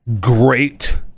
great